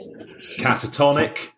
catatonic